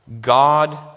God